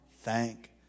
thank